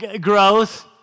growth